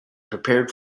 prepared